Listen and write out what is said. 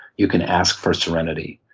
you can ask for serenity.